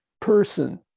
person